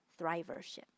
thrivership